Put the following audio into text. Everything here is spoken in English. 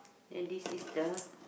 then this is the